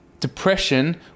Depression